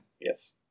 Yes